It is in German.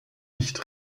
nicht